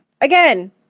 Again